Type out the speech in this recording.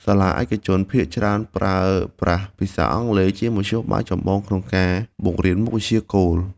សាលាឯកជនភាគច្រើនប្រើប្រាស់ភាសាអង់គ្លេសជាមធ្យោបាយចម្បងក្នុងការបង្រៀនមុខវិជ្ជាគោល។